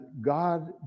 God